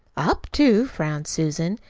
up to? frowned susan.